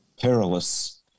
perilous